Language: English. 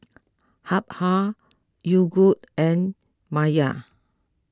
Habhal Yogood and Mayer